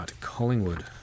Collingwood